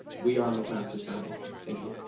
we are mcmaster science. thank you.